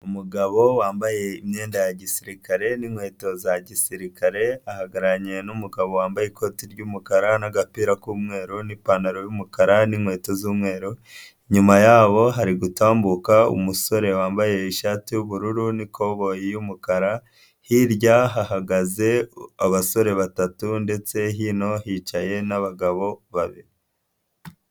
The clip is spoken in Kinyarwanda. Umugabo wambaye imyenda ya gisirikare n'inkweto za gisirikare ahagararanye n'umugabo wambaye ikoti ry'umukara n'agapira k'umweru n'ipantaro yumukara n'inkweto z'umweru, inyuma yabo hari gutambuka umusore wambaye ishati y'ubururu n'ikoboyi y'umukara, hirya hahagaze abasore batatu ndetse hino hicaye n'abagabo babiri.